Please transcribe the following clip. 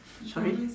sorry